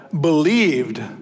believed